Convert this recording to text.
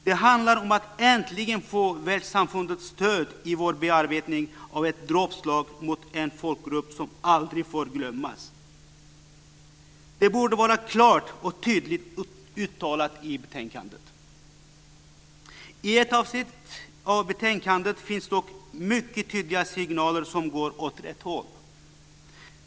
Det handlar om att äntligen få världssamfundets stöd i vår bearbetning av ett dråpslag mot en folkgrupp som aldrig får glömmas. Det borde vara klart och tydligt uttalat i betänkandet. I ett avsnitt i betänkandet finns dock mycket tydliga signaler som går åt rätt håll.